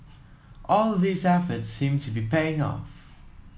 all these efforts seem to be paying off